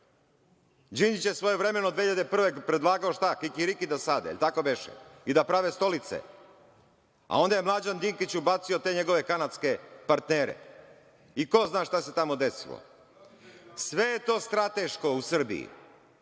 Borom. Đinđić je svojevremeno 2001. godine predlagao da sade kikiriki, jel tako beše, i da prave stolice, a onda je Mlađan Dinkić ubacio te njegove kanadske partnere i ko zna šta se tamo desilo. Sve je to strateško u Srbiji.